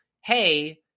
hey